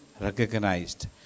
recognized